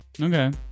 Okay